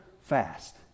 fast